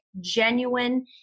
genuine